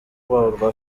rwa